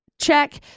check